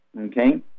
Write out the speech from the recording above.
Okay